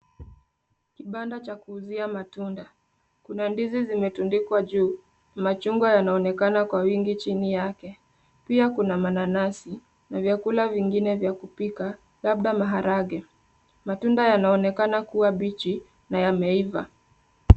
Kibanda cha kuuzia matunda, kuna ndizi zimetundikwa juu machungwa yanaonekana kwa wingi chini yake. Pia kuna mananasi na vyakula vingine vya kupika labda maharagwe matunda yanaonekana kuwa bichi na yameiva.